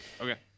Okay